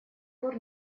пор